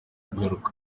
kugaruka